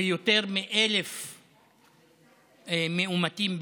יותר מ-1,000 מאומתים ביום,